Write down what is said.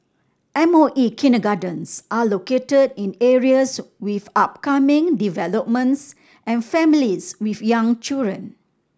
M O E kindergartens are located in areas with upcoming developments and families with young children